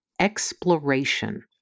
exploration